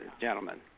gentlemen